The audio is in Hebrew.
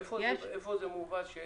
איפה זה מובא?